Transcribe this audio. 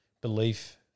belief